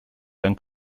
dann